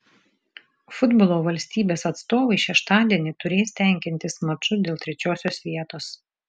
futbolo valstybės atstovai šeštadienį turės tenkintis maču dėl trečiosios vietos